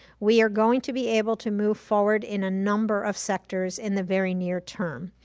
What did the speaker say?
we are going to be able to move forward in a number of sectors in the very near term.